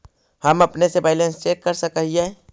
हम अपने से बैलेंस चेक कर सक हिए?